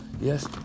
Yes